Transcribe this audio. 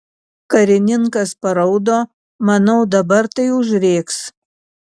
karininkas paraudo manau dabar tai užrėks